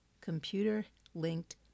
computer-linked